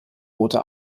rote